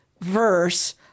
verse